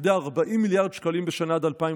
לכדי 40 מיליארד שקלים בשנה עד 2002,